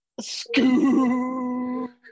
Scoo